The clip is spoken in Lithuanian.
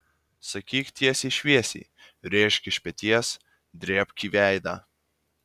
sakyk tiesiai šviesiai rėžk iš peties drėbk į veidą